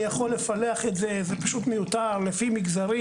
אני יכול לפלח את זה, זה פשוט מיותר, לפי מגזרים.